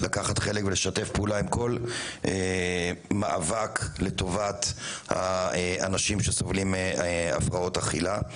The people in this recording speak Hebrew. לקחת חלק ולשתף פעולה עם כל מאבק לטובת האנשים שסובלים מהפרעות אכילה.